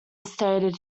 stated